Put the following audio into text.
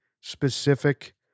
specific